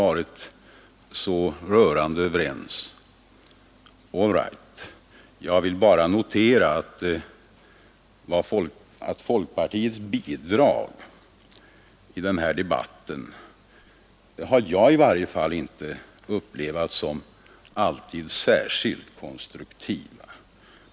Jag vill bara notera att varje fall jag inte alltid har upplevt folkpartiets bidrag i den här debatten som särskilt konstruktiva.